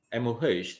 MOH